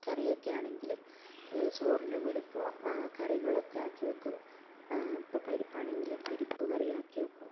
കറിയൊക്കെ ആണെങ്കിൽ ചോറിൻ്റെ കൂടെ ഇപ്പോൾ കറികളൊക്കെ ആക്കി വയ്ക്കും ഇപ്പോൾ പരിപ്പാണെങ്കിൽ പരിപ്പ് കറി ആക്കി വയ്ക്കും